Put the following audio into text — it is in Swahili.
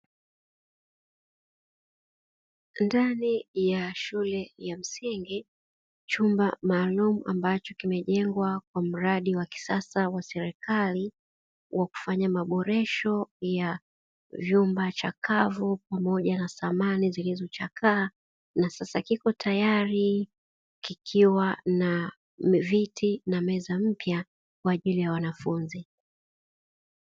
Ndani ya shule ya msingi, chumba maalumu ambacho kimejengwa kwa mradi wa kisasa wa serikali wa kufanya maboresho ya vyumba chakavu pamoja na samani zilizochakaa na sasa kipo tayari kikiwa na viti na meza mpya kwa ajili ya wanafunzi.